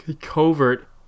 covert